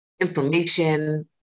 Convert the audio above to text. information